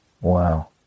Wow